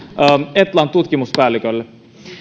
etlan tutkimuspäällikölle